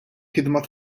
ħidma